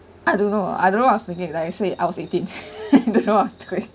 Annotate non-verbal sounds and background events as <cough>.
I don't know I don't know it's like I said I was eighteen <laughs> don't know what's going